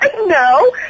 No